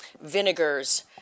vinegars